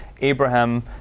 Abraham